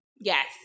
Yes